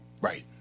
Right